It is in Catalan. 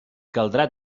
caldrà